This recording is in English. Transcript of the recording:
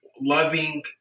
loving